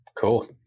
cool